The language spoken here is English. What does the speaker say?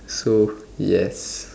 so yes